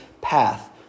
path